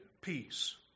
peace